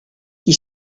qui